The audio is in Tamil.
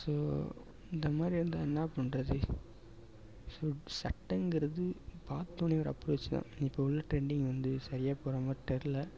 ஸோ இந்த மாதிரி இருந்தால் என்ன பண்ணுறது ஸோ சட்டங்கிறது பார்த்தோன்னே ஒரு அப்ரோச் தான் இப்போ உள்ள ட்ரெண்டிங் வந்து சரியாக போகிற மாதிரி தெரியல